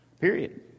period